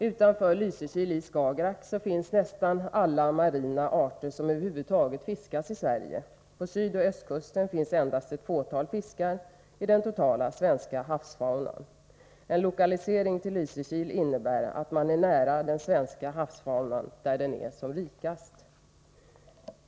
Utanför Lysekil, i Skagerrak, finns nästan alla de marina arter som över huvud taget fiskas i Sverige. På sydoch östkusten finns endast ett fåtal fiskar i den totala svenska havsfaunan. En lokalisering till Lysekil innebär att man är nära den svenska havsfaunan där den är som rikast. Herr talman!